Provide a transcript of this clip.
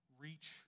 Reach